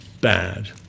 bad